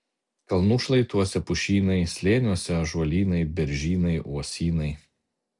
kalnų šlaituose pušynai slėniuose ąžuolynai beržynai uosynai